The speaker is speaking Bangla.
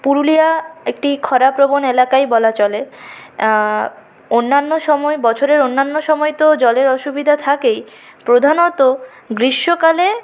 পুরুলিয়া একটি খরাপ্রবণ এলাকাই বলা চলে অন্যান্য সময়ে বছরের অন্যান্য সময়ে তো জলের অসুবিধা থাকেই প্রধানত গ্রীষ্মকালে